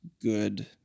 good